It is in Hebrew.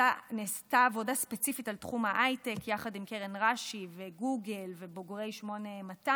נעשתה עבודה ספציפית על תחום ההייטק יחד עם קרן רש"י וגוגל ובוגרי 8200,